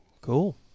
Cool